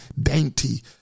dainty